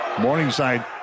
Morningside